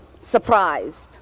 surprised